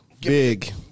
Big